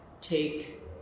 take